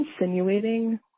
insinuating